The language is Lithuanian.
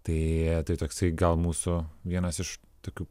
tai tai toksai gal mūsų vienas iš tokių